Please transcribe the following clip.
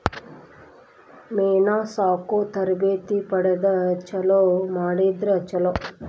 ಮೇನಾ ಸಾಕು ತರಬೇತಿ ಪಡದ ಚಲುವ ಮಾಡಿದ್ರ ಚುಲೊ